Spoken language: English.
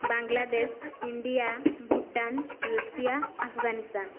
Bangladesh India Bhutan Russia Afghanistan